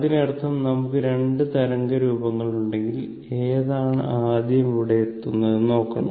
അതിനർത്ഥം നമുക്ക് 2 തരംഗരൂപങ്ങളുണ്ടെങ്കിൽ ഏതാണ് ആദ്യം അവിടെ എത്തുന്നതെന്ന് നോക്കണം